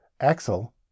Axel